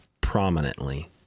prominently